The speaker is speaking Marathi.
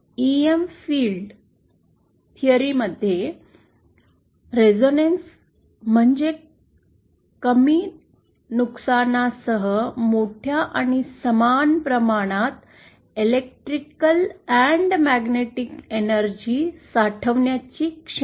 आता ईएम फिल्ड थिअरी मध्ये प्रतिध्वनी resonance रेसोनंस म्हणजे कमीत कमी नुकसानासह मोठ्या आणि समान प्रमाणात विद्युत आणि चुंबकीय ऊर्जा साठवण्याची क्षमता